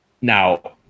Now